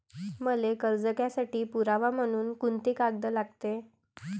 मले कर्ज घ्यासाठी पुरावा म्हनून कुंते कागद लागते?